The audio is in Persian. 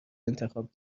انتخاب